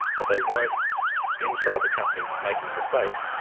but they weren't inside the company making the mistakes,